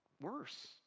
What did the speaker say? worse